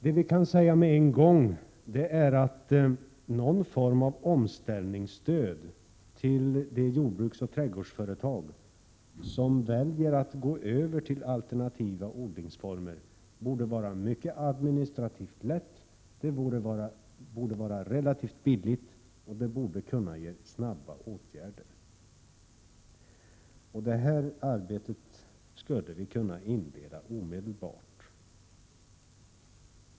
Det vi kan säga med en gång är att någon form av omställningsstöd till de jordbruksoch trädgårdsföretag som väljer att gå över till alternativa odlingsformer borde vara administrativt enkelt och relativt billigt samt borde kunna ge snabba resultat. Detta arbete skulle kunna inledas omedelbart.